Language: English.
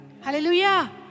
Hallelujah